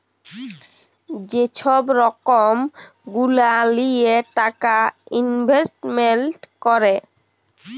যে ছব রকম গুলা লিঁয়ে টাকা ইলভেস্টমেল্ট ক্যরে